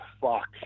fuck